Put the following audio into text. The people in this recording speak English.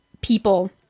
people